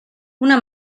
una